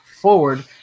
forward